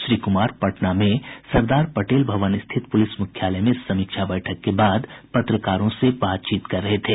श्री कुमार पटना में सरदार पटेल भवन स्थित पुलिस मुख्यालय में समीक्षा बैठक के बाद पत्रकारों से बातचीत कर रहे थे